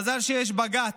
מזל שיש בג"ץ,